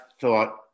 thought